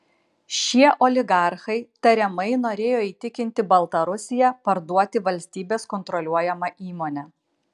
šie oligarchai tariamai norėjo įtikinti baltarusiją parduoti valstybės kontroliuojamą įmonę